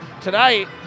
tonight